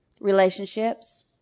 relationships